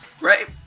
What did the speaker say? right